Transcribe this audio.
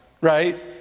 right